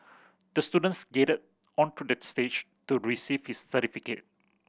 the student skated onto the stage to receive his certificate